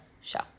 show